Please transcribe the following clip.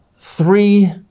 three